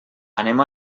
anem